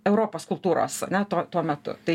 europos kultūros ane to tuo metu tai